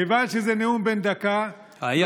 כיוון שזה נאום בן דקה, היה.